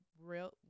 real